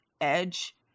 edge